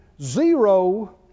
Zero